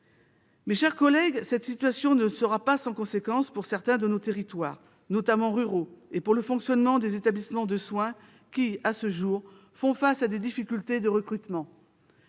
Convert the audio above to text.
Mes chers collègues, cette situation ne sera pas sans conséquence pour certains de nos territoires, notamment ruraux, et pour le fonctionnement des établissements de soins, qui, à ce jour, font face à des difficultés de recrutement.